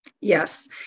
Yes